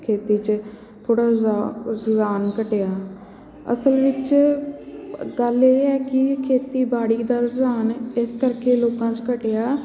ਖੇਤੀ 'ਚ ਥੋੜ੍ਹਾ ਰੁਝਾ ਰੁਝਾਨ ਘਟਿਆ ਅਸਲ ਵਿੱਚ ਗੱਲ ਇਹ ਹੈ ਕਿ ਖੇਤੀਬਾੜੀ ਦਾ ਰੁਝਾਨ ਇਸ ਕਰਕੇ ਲੋਕਾਂ 'ਚ ਘਟਿਆ